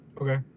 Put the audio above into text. Okay